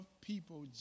people